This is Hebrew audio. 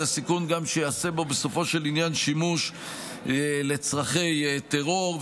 הסיכון שייעשה בו בסופו של עניין שימוש לצורכי טרור,